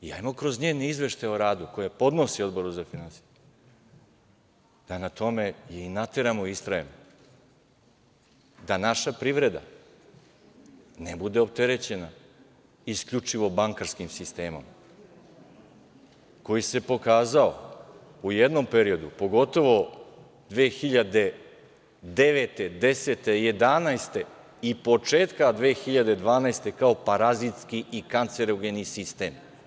Hajde kroz njene izveštaje o radu koje podnosi Odboru za finansije da na tome je i nateramo i istrajemo, da naša privreda ne bude opterećena isključivo bankarskim sistemom koji se pokazao u jednom periodu, pogotovo 2009, 2010, 2011. i početkom 2012. godine, kao parazitski i kancerogeni sistem.